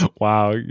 Wow